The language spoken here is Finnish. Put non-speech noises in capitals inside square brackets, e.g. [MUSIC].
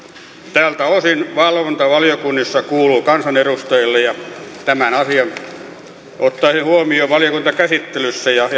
tältä osin valvonta valiokunnissa kuuluu kansanedustajille ja tämän asian ottaisin huomioon valiokuntakäsittelyssä ja [UNINTELLIGIBLE]